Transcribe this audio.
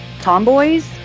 tomboys